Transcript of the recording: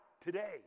today